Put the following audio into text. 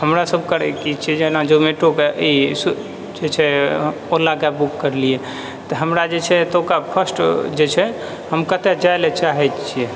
हमरासभ करै कि छियै जेना जोमैटो कऽ ई स्विग जे छै ओला कैब बुक करलियै तऽ हमरा जे छै एतुका फर्स्ट जे छै हम कत्तौ जाय लअ चाहे छियै